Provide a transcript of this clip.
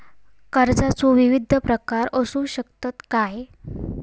कर्जाचो विविध प्रकार असु शकतत काय?